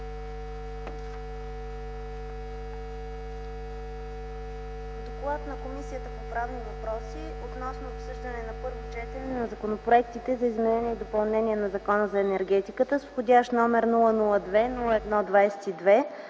„ДОКЛАД на Комисията по правни въпроси относно обсъждане на първо четене на законопроектите за изменение и допълнение на Закона за енергетиката с вх. № 002-01-22,